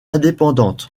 indépendante